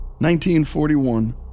1941